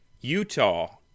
Utah